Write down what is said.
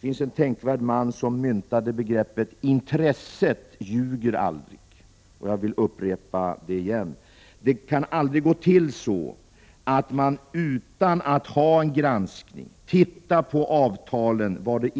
Det finns en man, som myntade det tänkvärda begreppet: Intresset ljuger aldrig. Jag vill upprepa det igen. Det kan aldrig gå till på det sättet att man utan att ha en granskning, utan att titta på vad de avtal